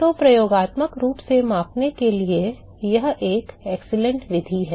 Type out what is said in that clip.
तो प्रयोगात्मक रूप से मापने के लिए यह एक उत्कृष्ट विधि है